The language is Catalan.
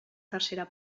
tercera